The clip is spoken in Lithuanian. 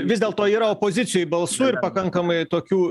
vis dėlto yra opozicijoj balsų ir pakankamai tokių